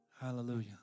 Hallelujah